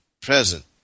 present